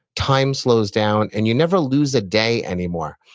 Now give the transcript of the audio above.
time slows down and you never lose a day anymore.